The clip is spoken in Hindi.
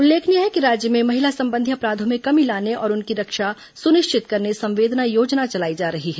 उल्लेखनीय है कि राज्य में महिला संबंधी अपराधों में कमी लाने और उनकी रक्षा सुनिश्चित करने संवेदना योजना चलाई जा रही है